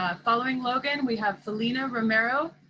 ah following logan, we have felina romero,